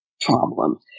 problem